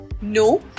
No